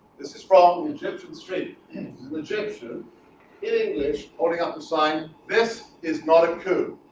this is from the egyptian street in egyptian in english holding up the sign this is not include